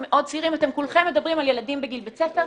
מאוד צעירים ואתם כולכם מדברים על ילדים בגיל בית ספר.